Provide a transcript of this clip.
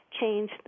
change